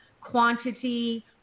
quantity